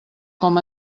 com